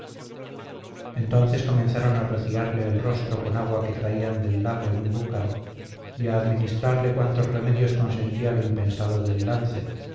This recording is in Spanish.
entonces comenzaron a rociarle el rostro con agua que traían del lago en un búcaro y a administrarle cuantos remedios consentía lo impensado del lance